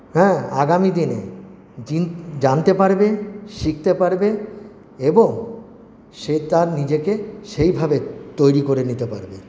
হ্যাঁ আগামী দিনে জিন জানতে পারবে শিখতে পারবে এবং সে তার নিজেকে সেইভাবে তৈরি করে নিতে পারবে